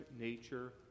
nature